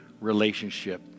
relationship